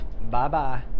Bye-bye